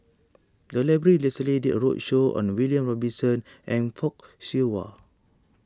the library recently did a roadshow on the William Robinson and Fock Siew Wah